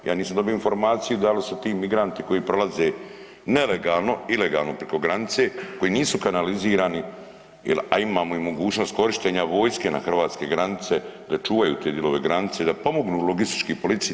Ja nisam dobio informaciju da li su ti migranti koji prolaze nelegalno, ilegalno preko granice, koji nisu kanalizirani, a imamo i mogućnost korištenja vojske na hrvatske granice da čuvaju te njihove granice i da pomognu logistički policiji.